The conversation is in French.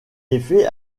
effet